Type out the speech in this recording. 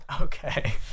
Okay